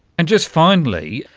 and just finally,